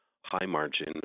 high-margin